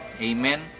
amen